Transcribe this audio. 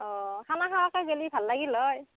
অ' খানা খোৱাকৈ গ'লে ভাল লাগিল হয়